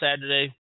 Saturday